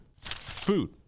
food